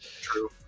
True